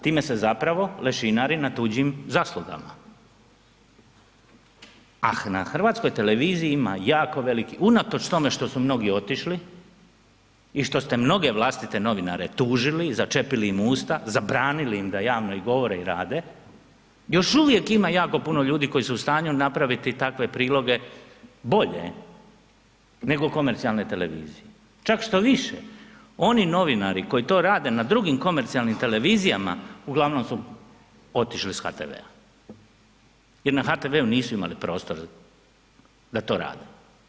Time se zapravo lešinari na tuđim zaslugama, a na Hrvatskoj televiziji ima jako veliki unatoč tome što su mnogi otišli i što ste mnoge vlastite novinare tužili, začepili im usta, zabranili im da javno i govore i rade, još uvijek ima jako puno ljudi koji su u stanju napraviti takve priloge bolje nego komercionalne televizije, čak štoviše oni novinari koji to rade na drugim komercijalnim televizijama uglavnom su otišli s HTV-a jer na HTV-u nisu imali prostor da to rade.